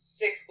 six